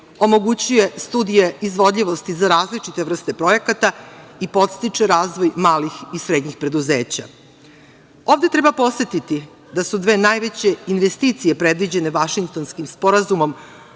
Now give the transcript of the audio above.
omogućuje studije izvodljivosti za različite vrste projekata i podstiče razvoj malih i srednjih preduzeća. Ovde treba podsetiti da su dve najveće investicije predviđene Vašingtonskim sporazumom